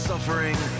suffering